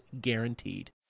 guaranteed